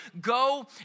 go